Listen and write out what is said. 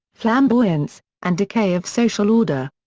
flamboyance, and decay of social order.